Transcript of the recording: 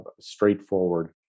straightforward